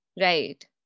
Right